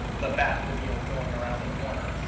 the batmobile going around a corner.